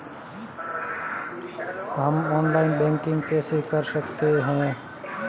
हम online banking कैसे कर सकते हैं?